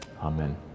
Amen